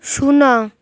ଶୂନ